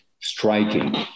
striking